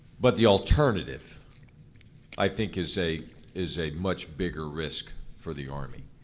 but the alternative i think is a is a much bigger risk for the army.